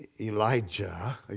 Elijah